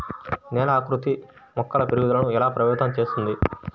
నేల ఆకృతి మొక్కల పెరుగుదలను ఎలా ప్రభావితం చేస్తుంది?